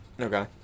Okay